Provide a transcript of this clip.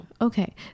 Okay